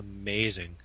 amazing